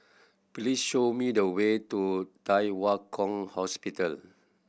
please show me the way to Thye Hua Kwan Hospital